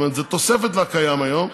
זאת אומרת, זו תוספת לקיים היום.